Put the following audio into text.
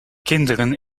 kinderen